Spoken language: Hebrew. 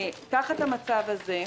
תחת המצב הזה,